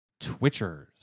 Twitchers